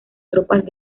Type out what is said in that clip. tropas